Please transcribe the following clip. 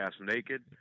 naked